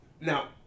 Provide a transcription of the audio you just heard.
Now